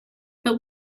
but